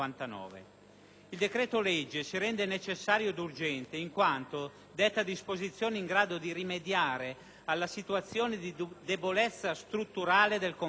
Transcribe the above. Il decreto-legge si rende necessario ed urgente in quanto detta disposizioni in grado di rimediare alla situazione di debolezza strutturale del comparto,